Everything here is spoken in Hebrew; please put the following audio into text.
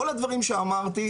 כל הדברים שאמרתי,